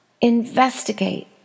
investigate